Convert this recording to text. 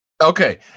Okay